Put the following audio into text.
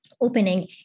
opening